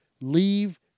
Leave